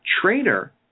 trainer